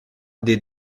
des